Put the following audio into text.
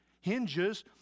hinges